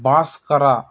Bhaskara